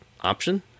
option